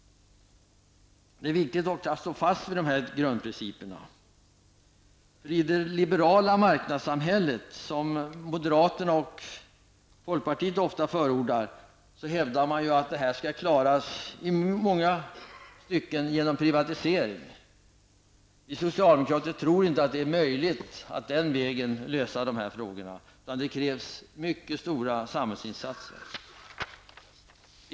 Det är viktigt att hålla fast vid dessa grundprinciper. I det liberala marknadssamhället, som moderaterna och folkpartiet ofta förordar, hävdas att det här i stor utsträckning skall kunna klaras genom privatisering. Vi socialdemokrater tror inte att det är möjligt att den vägen lösa de här frågorna. Det krävs mycket stora samhällsinsatser.